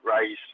raise